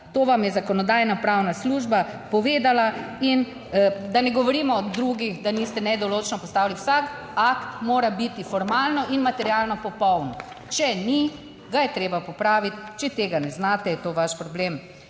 To vam je Zakonodajno-pravna služba povedala. In da ne govorimo o drugih, da niste nedoločno postavili, vsak akt mora biti formalno in materialno popoln, če ni, ga je treba popraviti, če tega ne znate, je to vaš problem.